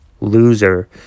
loser